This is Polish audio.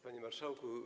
Panie Marszałku!